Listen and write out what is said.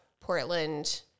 Portland